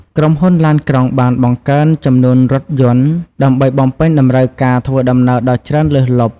ក្រុមហ៊ុនឡានក្រុងបានបង្កើនចំនួនរថយន្ត ដើម្បីបំពេញតម្រូវការធ្វើដំណើរដ៏ច្រើនលើសលប់។